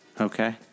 okay